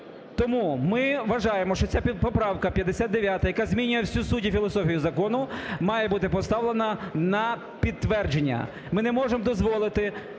Тому ми вважаємо, що ця поправка 59-а, яка змінює всю суть і філософію закону, має бути поставлена на підтвердження. Ми не можемо дозволити